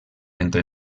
entre